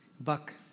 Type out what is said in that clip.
Buck